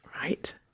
Right